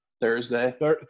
thursday